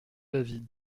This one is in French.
l’avis